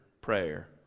prayer